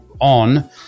on